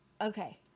Okay